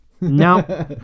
No